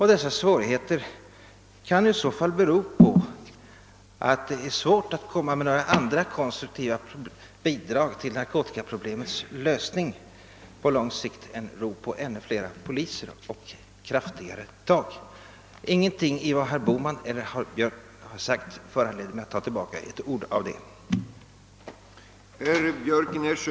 Detta kan i så fall bero på att partiet har svårt att lägga fram andra konstruktiva förslag till narkotikaproblemets lösning på lång sikt än rop på ännu fler poliser och kraftigare tag. Ingenting av vad herr Bohman eller herr Björck i Nässjö har sagt föranleder mig att ta tillbaka ett ord av det jag tidigare sade.